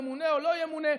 ימונה או לא ימונה?